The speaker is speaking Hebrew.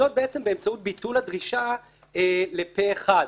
וזאת באמצעות הדרישה לפה אחד.